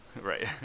Right